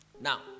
Now